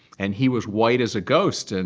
and he was white as a ghost. and